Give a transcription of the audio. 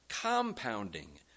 compounding